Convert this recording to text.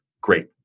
Great